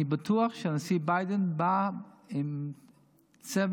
אני בטוח שהנשיא ביידן בא עם צוות,